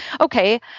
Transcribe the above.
okay